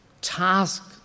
task